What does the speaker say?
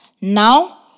Now